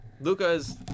Luca's